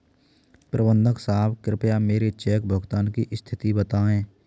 प्रबंधक साहब कृपया मेरे चेक भुगतान की स्थिति बताएं